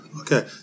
Okay